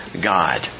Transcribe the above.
God